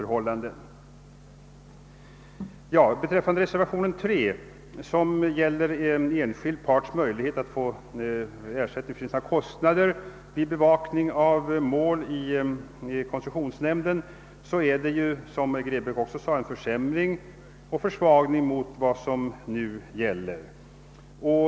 Det avsnitt som behandlas i reservationen III gäller enskild parts möjlighet att få ersättning för sina kostnader vid bevakning av mål i koncessionsnämnden. Jag anser liksom herr Grebäck att propositionens förslag innebär en försämring i förhållande till gällande ordning.